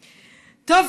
טוב,